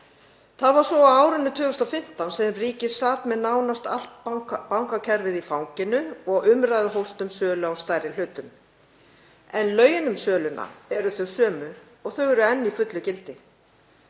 Það var svo á árinu 2015 sem ríkið sat með nánast allt bankakerfið í fanginu og umræða hófst um sölu á stærri hlutum. En lögin um söluna eru þau sömu og þau eru enn í fullu gildi.